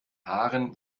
haaren